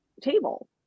table